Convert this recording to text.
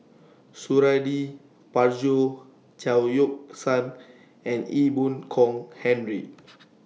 Suradi Parjo Chao Yoke San and Ee Boon Kong Henry